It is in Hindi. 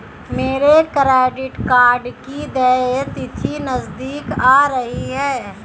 मेरे क्रेडिट कार्ड की देय तिथि नज़दीक आ रही है